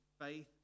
faith